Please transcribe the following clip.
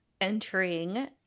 entering